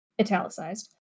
italicized